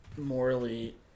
Morally